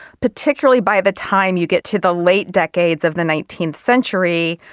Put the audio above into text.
particularly by the time you get to the late decades of the nineteenth century,